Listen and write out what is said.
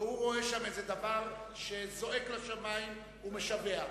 והוא רואה שם איזה דבר שזועק לשמים ומשווע,